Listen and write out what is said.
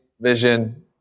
vision